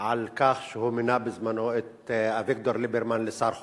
על כך שהוא מינה בזמנו את אביגדור ליברמן לשר חוץ.